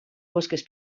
bosques